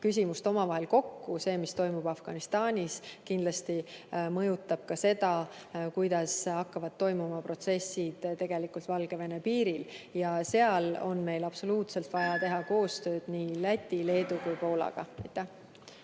küsimust omavahel kokku – see, mis toimub Afganistanis, mõjutab kindlasti ka seda, kuidas hakkavad toimuma protsessid Valgevene piiril. Seal on meil absoluutselt vaja teha koostööd Läti, Leedu ja ka Poolaga.